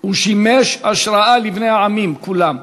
הוא שימש השראה לבני העמים כולם,